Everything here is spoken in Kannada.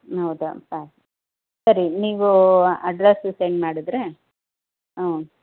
ಹೌದಾ ಸ ಸರಿ ನೀವು ಅಡ್ರೆಸ್ ಸೆಂಡ್ ಮಾಡಿದರೆ ಹಾಂ